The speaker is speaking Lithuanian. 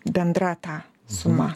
bendra tą sumą